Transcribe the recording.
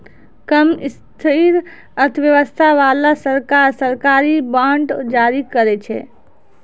कम स्थिर अर्थव्यवस्था बाला सरकार, सरकारी बांड जारी करै छै